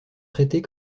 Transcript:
traités